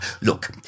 Look